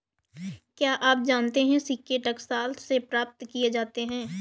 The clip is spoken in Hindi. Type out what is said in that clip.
क्या आप जानते है सिक्के टकसाल से प्राप्त किए जाते हैं